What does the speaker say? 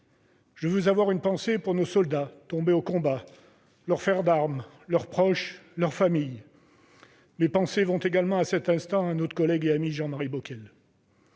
Je veux avoir une pensée pour nos soldats tombés au combat, leurs frères d'armes, leurs proches, leurs familles. Mes pensées vont également en cet instant à notre ami et ancien collègue Jean Marie Bockel.